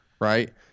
Right